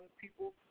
people